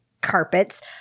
carpets